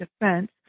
Defense